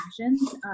passions